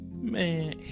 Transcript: man